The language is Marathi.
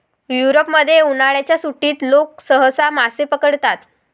युरोपमध्ये, उन्हाळ्याच्या सुट्टीत लोक सहसा मासे पकडतात